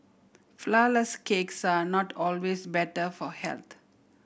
flourless cakes are not always better for health